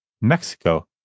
Mexico